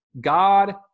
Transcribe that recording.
God